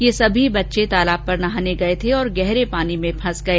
ये सभी बच्चे तालाब पर नहाने गए थे और गहरे पानी में फंस गए